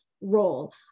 role